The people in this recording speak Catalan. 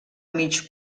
mig